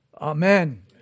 Amen